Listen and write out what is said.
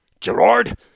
Gerard